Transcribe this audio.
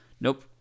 nope